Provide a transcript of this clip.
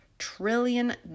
Trillion